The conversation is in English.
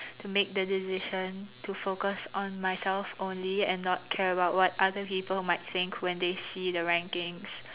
to make the decision to focus on myself only and not care about what other people might think when they see the rankings